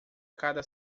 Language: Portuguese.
cada